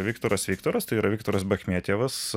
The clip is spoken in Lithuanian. viktoras viktoras tai yra viktoras bachmetjevas